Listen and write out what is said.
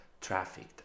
trafficked